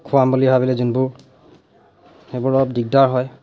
খুৱাম বুলি ভাবিলে যোনবোৰ সেইবোৰত দিগদাৰ হয়